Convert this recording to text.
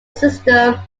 system